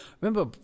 Remember